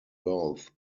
both